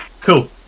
Cool